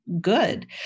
good